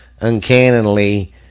uncannily